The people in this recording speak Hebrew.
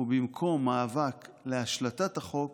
ובמקום מאבק להשלטת החוק